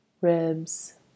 ribs